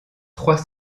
trois